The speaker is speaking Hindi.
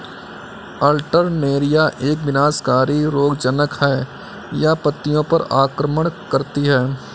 अल्टरनेरिया एक विनाशकारी रोगज़नक़ है, यह पत्तियों पर आक्रमण करती है